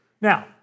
Now